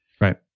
right